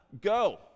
go